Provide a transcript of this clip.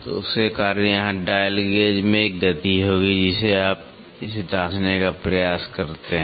तो उसके कारण यहां डायल गेज में एक गति होगी जिसे आप इसे जांचने का प्रयास करते हैं